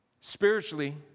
Spiritually